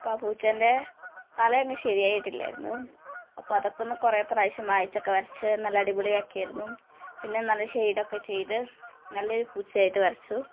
അപ്പം ആ പൂച്ചേൻ്റെ തല അങ്ങ് ശരിയായിട്ടില്ലായിരുന്നു അപ്പം അതൊക്കെ ഒന്ന് കുറേ പ്രാവശ്യം മായ്ച്ചൊക്കെ വരച്ച് നല്ല അടിപൊളി ആക്കിയായിരുന്നു പിന്ന നല്ല ഷേഡ് ഒക്കെ ചെയ്ത് നല്ല ഒരു പൂച്ചയായിട്ട് വരച്ചു